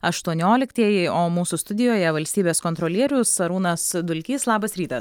aštuonioliktieji o mūsų studijoje valstybės kontrolierius arūnas dulkys labas rytas